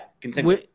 continue